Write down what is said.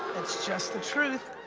it's just the truth.